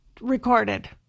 recorded